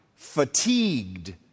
fatigued